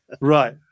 Right